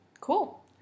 cool